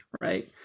right